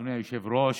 אדוני היושב-ראש,